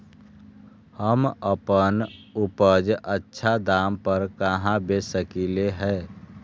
हम अपन उपज अच्छा दाम पर कहाँ बेच सकीले ह?